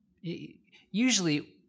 Usually